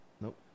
Nope